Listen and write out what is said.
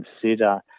consider